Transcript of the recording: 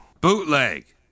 Bootleg